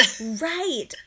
right